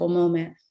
moment